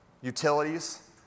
utilities